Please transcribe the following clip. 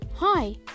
Hi